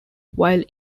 while